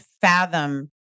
fathom